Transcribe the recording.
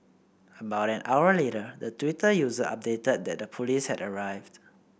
about an hour later the Twitter user updated that the police had arrived